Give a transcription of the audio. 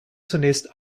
zunächst